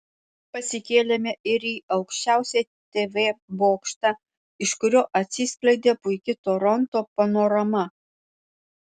pasikėlėme ir į aukščiausią tv bokštą iš kurio atsiskleidė puiki toronto panorama